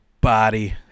body